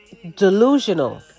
Delusional